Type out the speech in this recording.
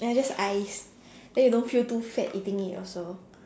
and it's just ice then you don't feel too fat eating it also